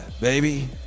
baby